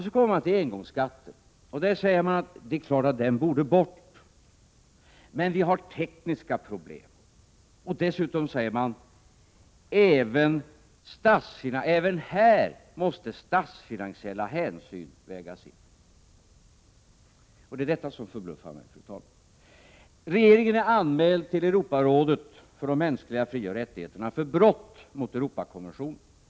Så kommer man till engångsskatten och säger: Det är klart att den borde bort, men det föreligger tekniska problem. Dessutom säger man att även här måste statsfinansiella hänsyn vägas in. Det är detta, fru talman, som förbluffar mig. Regeringen är anmäld till Europarådet för att ha begått brott mot Europakonventionen om de mänskliga frioch rättigheterna.